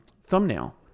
thumbnail